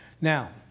Now